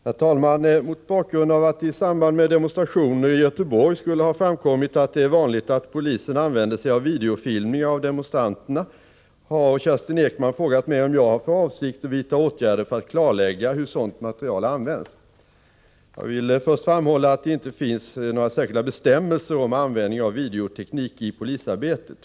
Herr talman! Mot bakgrund av att det i samband med demonstrationer i Göteborg skulle ha framkommit att det är vanligt att polisen använder sig av videofilmning av demonstranterna, har Kerstin Ekman frågat mig om jag har för avsikt att vidta åtgärder för att klarlägga hur sådant material används. Jag vill först framhålla att det inte finns några särskilda bestämmelser om användning av videoteknik i polisarbetet.